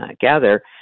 gather